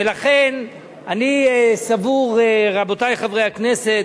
ולכן אני סבור, רבותי חברי הכנסת,